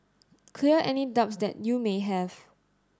clear any doubts that you may have